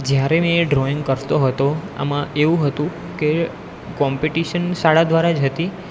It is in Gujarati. જ્યારે મેં ડ્રોઈંગ કરતો હતો આમાં એવું હતું કે કોમ્પિટિશન શાળા દ્વારા જ હતી